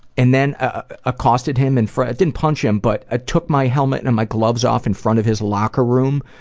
and then ah accosted him in front didn't punch him, but i took my helmet and my gloves off in front of his locker room.